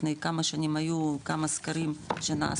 לפני כמה שנים היו כמה סקרים שנעשו,